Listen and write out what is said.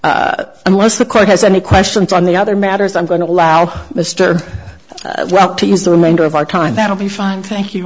yards unless the court has any questions on the other matters i'm going to allow mr rock to use the remainder of our time that'll be fine thank you